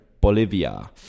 Bolivia